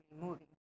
moving